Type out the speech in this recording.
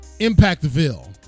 Impactville